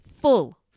full